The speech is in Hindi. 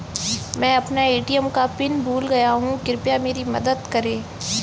मैं अपना ए.टी.एम का पिन भूल गया हूं, कृपया मेरी मदद करें